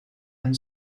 and